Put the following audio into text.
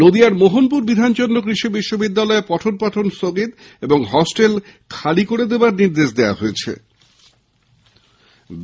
নদীয়ার মোহনপুর বিধানচন্দ্র কৃষি বিশ্ব বিদ্যালয়ে পঠনপাঠন স্থগিত এবং হোস্টেল খালি করে দেওয়ার নির্দেশ দেওয়া হয়েছে